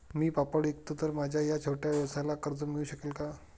मी पापड विकतो तर माझ्या या छोट्या व्यवसायाला कर्ज मिळू शकेल का?